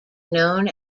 known